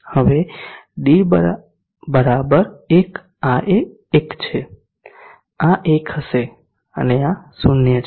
હવે d 1 આ 1 છે આ 1 હશે અને આ 0 છે